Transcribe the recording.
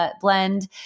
blend